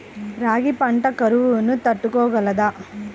రాగి పంట కరువును తట్టుకోగలదా?